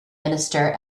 minister